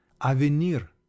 avenir